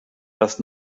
das